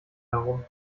herum